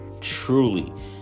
truly